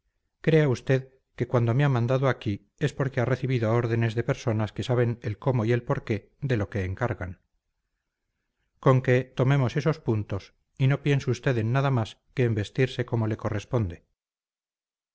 crea usted que cuando me ha mandado aquí es porque ha recibido órdenes de personas que saben el cómo y por qué de lo que encargan con que tomemos esos puntos y no piense usted en nada más que en vestirse como le corresponde